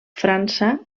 frança